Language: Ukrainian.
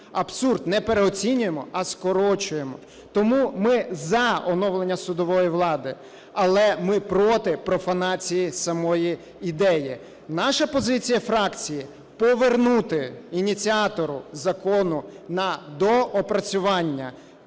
Абсурд. Не переоцінюємо, а скорочуємо. Тому ми за оновлення судової влади, але ми проти профанації самої ідеї. Наша позиція фракції – повернути ініціатору закону на доопрацювання.